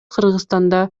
кыргызстанда